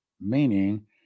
Meaning